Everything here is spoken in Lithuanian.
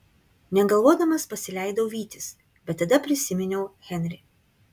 negalvodamas pasileidau vytis bet tada prisiminiau henrį